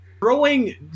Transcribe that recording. throwing